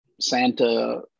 Santa